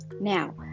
Now